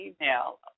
email